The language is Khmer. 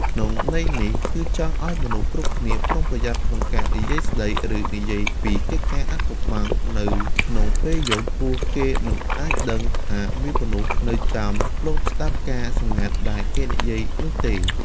ក្នុងន័យនេះ គឺចង់ឲ្យមនុស្សគ្រប់គ្នាប្រុងប្រយ័ត្នក្នុងការនិយាយស្តី ឬនិយាយពីកិច្ចការអាថ៌កំបាំងនៅក្នុងពេលយប់ ព្រោះគេមិនអាចដឹងថាមានមនុស្សនៅចាំលបស្តាប់ការណ៍សម្ងាត់ដែលគេនិយាយនោះទេ។